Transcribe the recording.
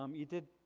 um you did,